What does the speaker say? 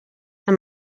amb